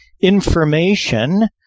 information